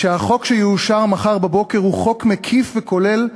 שהחוק שיאושר מחר בבוקר הוא חוק מקיף וכולל,